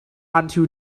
until